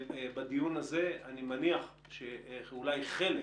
בדיון הזה, אני מניח שאולי חלק